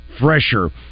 fresher